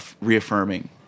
reaffirming